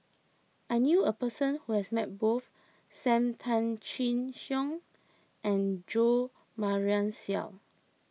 I knew a person who has met both Sam Tan Chin Siong and Jo Marion Seow